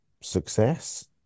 success